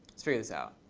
let's figure this out.